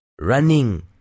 Running